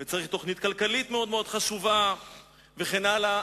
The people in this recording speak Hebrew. וצריך תוכנית כלכלית מאוד מאוד חשובה וכן הלאה,